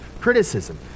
criticism